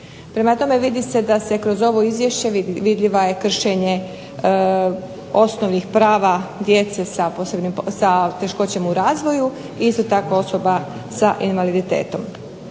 Prema tome, vidi se da se kroz Izvješće vidljiva je kršenje osnovnih prava djece sa teškoćama u razvoju i isto tako osoba sa invaliditetom.